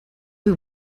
who